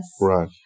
right